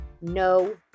no